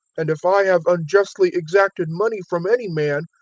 and if i have unjustly exacted money from any man,